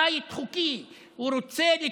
הוא רוצה בית חוקי.